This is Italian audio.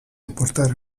apportare